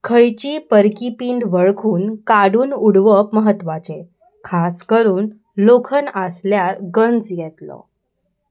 खंयचीय परकी पिंड वळखून काडून उडोवप म्हत्वाचें खास करून लोकन आसल्यार गंज येतलो